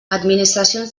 administracions